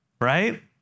right